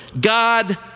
God